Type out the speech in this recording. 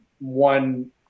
one